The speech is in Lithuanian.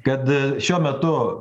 kad šiuo metu